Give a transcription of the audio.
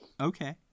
Okay